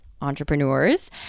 entrepreneurs